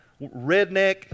redneck